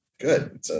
good